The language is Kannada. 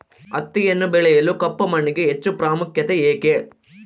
ಹತ್ತಿಯನ್ನು ಬೆಳೆಯಲು ಕಪ್ಪು ಮಣ್ಣಿಗೆ ಹೆಚ್ಚು ಪ್ರಾಮುಖ್ಯತೆ ಏಕೆ?